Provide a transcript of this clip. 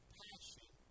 passion